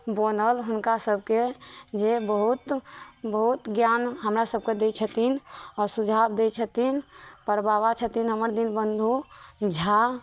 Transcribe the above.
बनल हुनका सबके जे बहुत बहुत ज्ञान हमरा सबके दै छथिन आ सुझाव दै छथिन पर बाबा छथिन हमर दिन बन्धु झा